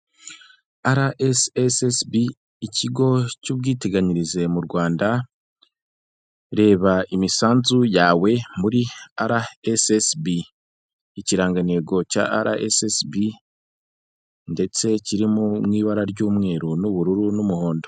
RSSB ikigo cy' ubwiteganyirize mu Rwanda, reba imisanzu yawe muri RSSB, ikirangantego cya RSSB ndetse kiri mu ibara ry'umweru n' ubururu n'umuhondo.